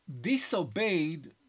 disobeyed